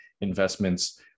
investments